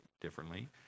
differently